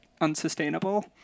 unsustainable